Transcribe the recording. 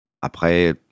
Après